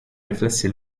riflessi